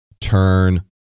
turn